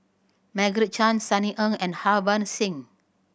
Margaret Chan Sunny Ang and Harbans Singh